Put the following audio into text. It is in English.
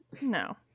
No